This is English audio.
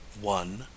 one